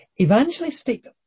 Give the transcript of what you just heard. evangelistic